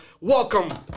Welcome